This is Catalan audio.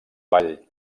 vall